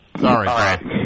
Sorry